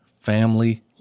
family